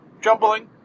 Jumbling